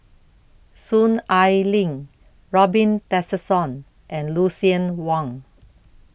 Soon Ai Ling Robin Tessensohn and Lucien Wang